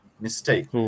mistake